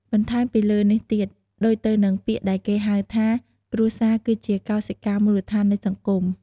បន្ថែមពីលើនេះទៀត ដូចទៅនឹងពាក្យដែលគេហៅថា គ្រួសារគឺជាកោសិកាមូលដ្ឋាននៃសង្គម។